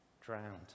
drowned